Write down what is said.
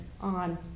on